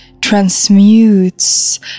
transmutes